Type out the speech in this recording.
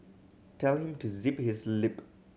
tell him to zip his lip